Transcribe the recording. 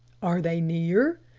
are they near?